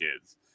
kids